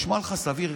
נשמע לך סביר?